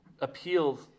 appeals